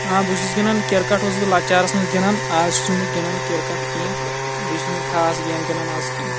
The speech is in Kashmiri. آ بہٕ چھُس گِنٛدان کِرکَٹ اوسُس بہٕ لَکچارَس منٛز گِنٛدان آز چھُس نہٕ بہٕ گِنٛدان کِرکَٹ کیٚنٛہہ بیٚیہِ چھُس نہٕ بہٕ خاص گیمہ گِنٛدان آز کیٚنٛہہ